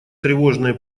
тревожные